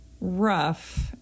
rough